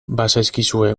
bazaizkizue